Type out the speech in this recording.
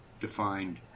defined